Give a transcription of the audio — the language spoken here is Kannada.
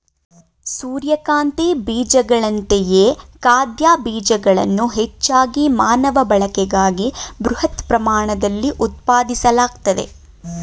ಸೂರ್ಯಕಾಂತಿ ಬೀಜಗಳಂತೆಯೇ ಖಾದ್ಯ ಬೀಜಗಳನ್ನು ಹೆಚ್ಚಾಗಿ ಮಾನವ ಬಳಕೆಗಾಗಿ ಬೃಹತ್ ಪ್ರಮಾಣದಲ್ಲಿ ಉತ್ಪಾದಿಸಲಾಗ್ತದೆ